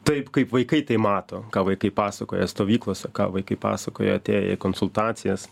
taip kaip vaikai tai mato ką vaikai pasakoja stovyklose ką vaikai pasakoja atėję į konsultacijas